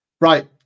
Right